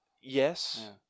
Yes